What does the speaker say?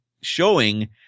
showing